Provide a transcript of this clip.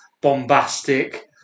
bombastic